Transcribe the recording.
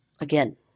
again